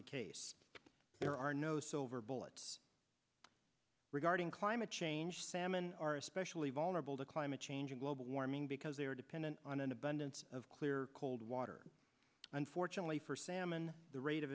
the case there are no silver bullets regarding climate change salmon are especially vulnerable to climate change or global warming because they are dependent on an abundance of clear cold water unfortunately for salmon the rate of